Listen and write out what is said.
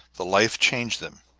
the life changed them,